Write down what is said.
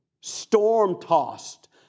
storm-tossed